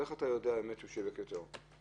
איך אתה יודע שהוא שיווק יותר?